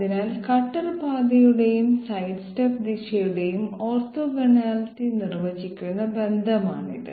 അതിനാൽ കട്ടർ പാതയുടെയും സൈഡ്സ്റ്റെപ്പ് ദിശയുടെയും ഓർത്തോഗണാലിറ്റി നിർവചിക്കുന്ന ബന്ധമാണിത്